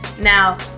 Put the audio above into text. Now